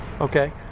okay